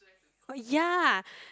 oh ya